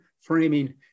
framing